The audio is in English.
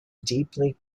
deeply